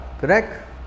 Correct